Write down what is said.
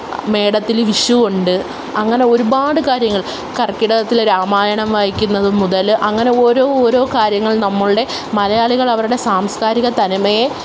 മേടത്തിൽ വിഷുവുണ്ട് അങ്ങനെ ഒരുപാട് കാര്യങ്ങള് കര്ക്കിടകത്തിൽ രാമായണം വായിക്കുന്നത് മുതൽ അങ്ങനെ ഓരോ ഓരോ കാര്യങ്ങള് നമ്മളുടെ മലയാളികളവരുടെ സാംസ്കാരിക തനിമയേ